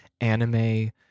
anime